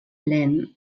lent